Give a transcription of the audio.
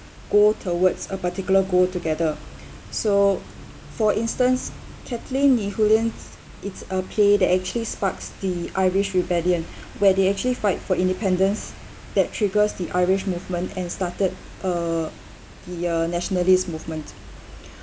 go towards a particular goal together so for instance kathleen ni houlihan it's a play that actually sparks the irish rebellion where they actually fight for independence that triggers the irish movement and started uh the uh nationalist movement